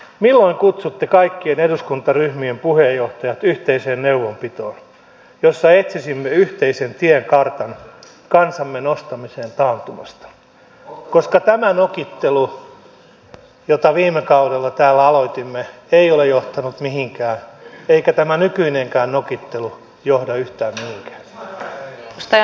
milloin kutsutte kaikkien eduskuntaryhmien puheenjohtajat yhteiseen neuvonpitoon jossa etsisimme yhteisen tiekartan kansamme nostamiseen taantumasta koska tämä nokittelu jota viime kaudella täällä aloitimme ei ole johtanut mihinkään eikä tämä nykyinenkään nokittelu johda yhtään mihinkään